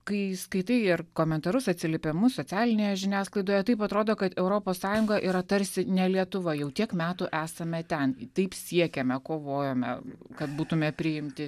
kai skaitai ar komentarus atsiliepimus socialinėje žiniasklaidoje taip atrodo kad europos sąjunga yra tarsi ne lietuva jau tiek metų esame ten taip siekėme kovojome kad būtume priimti